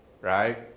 right